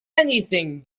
anything